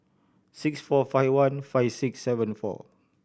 six four five one five six seven four